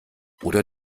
oder